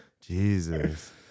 Jesus